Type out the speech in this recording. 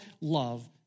love